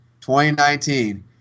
2019